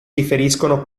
riferiscono